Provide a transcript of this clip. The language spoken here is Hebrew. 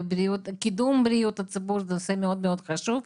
זה נושא מאוד חשוב.